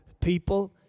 People